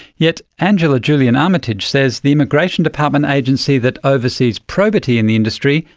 yet angela julian-armitage says the immigration department agency that oversees probity in the industry,